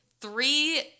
Three